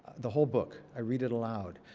the whole book. i read it aloud.